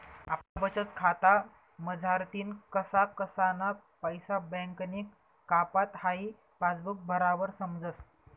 आपला बचतखाता मझारतीन कसा कसाना पैसा बँकनी कापात हाई पासबुक भरावर समजस